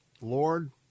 Lord